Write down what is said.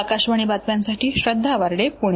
आकाशवाणी बातम्यांसाठी श्रद्धा वार्डे पूणे